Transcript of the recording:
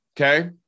okay